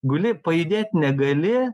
guli pajudėti negali